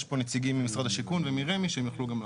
יש פה נציגים ממשרד השיכון ומרמ"י שהם יוכלו גם להרחיב.